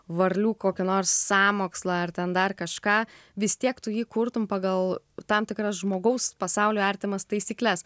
varlių kokį nors sąmokslą ar ten dar kažką vis tiek tu jį kurtum pagal tam tikras žmogaus pasauliui artimas taisykles